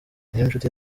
niyonshuti